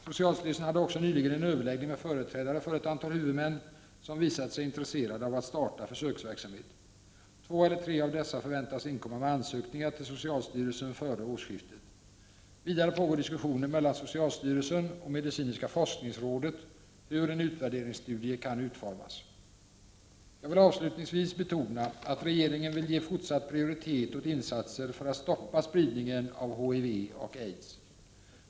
Socialstyrelsen hade också nyligen en överläggning med företrädare för ett antal huvudmän som visat sig intresserade av att starta försöksverksamhet. Två eller tre av dessa förväntas inkomma med ansökningar till socialstyrelsen före årsskiftet. Vidare pågår diskussioner mellan socialstyrelsen och medicinska forskningsrådet om hur en utvärderingsstudie kan utformas. Jag vill avslutningsvis betona att regeringen vill ge fortsatt prioritet åt insatser för att stoppa spridningen av HIV och aids.